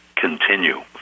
continue